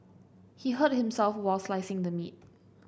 he hurt himself while slicing the meat